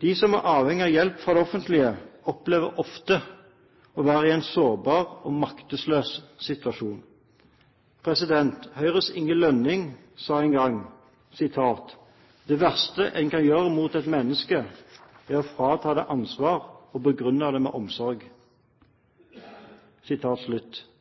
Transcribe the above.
De som er avhengige av hjelp fra det offentlige, opplever ofte å være i en sårbar og maktesløs situasjon. Høyres Inge Lønning sa en gang: Det verste en kan gjøre mot et menneske, er å frata det ansvar og begrunne det med omsorg.